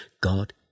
God